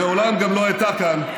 מעולם גם לא הייתה כאן,